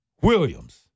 Williams